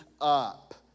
up